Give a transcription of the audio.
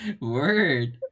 Word